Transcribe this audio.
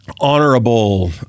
honorable